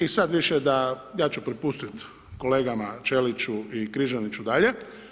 I sad više da, ja ću prepustiti kolegama Ćeliću i Križaniću dalje.